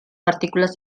partícules